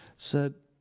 said,